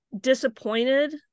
disappointed